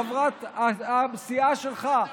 חברת הסיעה שלך,